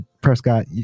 Prescott